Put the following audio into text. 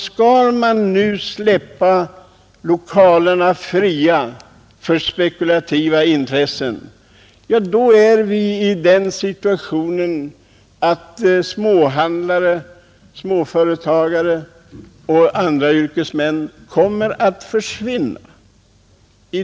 Skall nu lokalerna släppas fria för spekulationsintressen kommer småhandlare och andra småföretagare att försvinna.